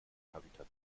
kavitation